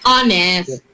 Honest